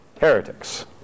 heretics